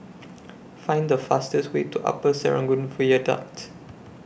Find The fastest Way to Upper Serangoon Viaduct